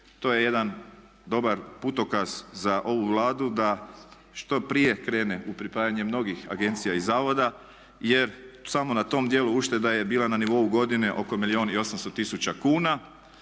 To je jedan dobar putokaz za ovu Vladu da što prije krene u pripajanje mnogih agencija i zavoda. Jer samo na tom dijelu ušteda je bila na nivou godine oko milijun